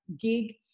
gig